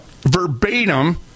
verbatim